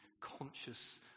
conscious